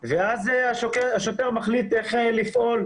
ואז השוטר מחליט איך לפעול.